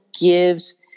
gives